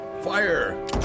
Fire